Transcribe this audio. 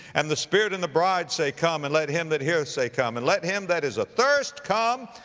and the spirit and the bride say, come. and let him that heareth say, come. and let him that is athirst come.